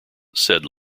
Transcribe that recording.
said